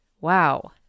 wow